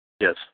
Yes